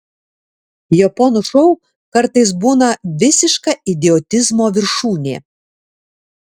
japonų šou kartais būna visiška idiotizmo viršūnė